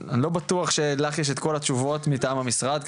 אני לא בטוח שלך יש את כל התשובות מטעם המשרד שלכם,